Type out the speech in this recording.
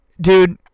Dude